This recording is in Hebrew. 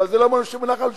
אבל זה לא מה שמונח על השולחן.